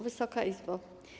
Wysoka Izbo!